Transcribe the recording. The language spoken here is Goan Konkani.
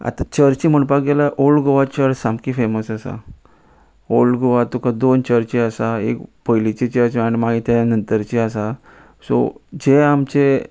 आतां चर्ची म्हणपाक गेल्यार ओल्ड गोवा चर्च सामकी फेमस आसा ओल्ड गोवा तुका दोन चर्ची आसा एक पयलीची चर्च आहा आनी मागीर ते नंतरची आसा सो जे आमचे